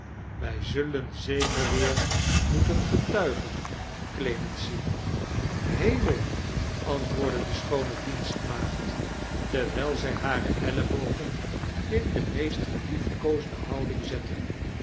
wij zullen zekeir weer moeitan getuigen clemency hemel antwoordde de schoone dienstmaagd terwijl zij hare elletoogen in de meest geliefkoosde houding zette